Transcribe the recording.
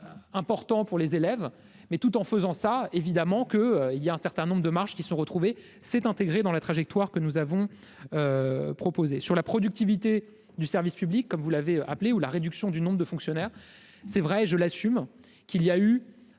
important pour les élèves mais tout en faisant ça, évidemment, que, il y a un certain nombre de marche qui se retrouver, c'est intégrer dans la trajectoire que nous avons proposé sur la productivité du service public, comme vous l'avez appelée ou la réduction du nombre de fonctionnaires, c'est vrai, je l'assume, qu'il y a eu,